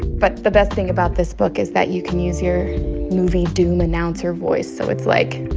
but the best thing about this book is that you can use your movie doom announcer voice. so it's like,